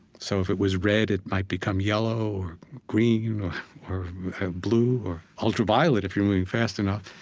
so if it was red, it might become yellow or green or blue or ultraviolet, if you're moving fast enough.